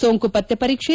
ಸೋಂಕು ಪತ್ತೆ ವರೀಕ್ಷೆ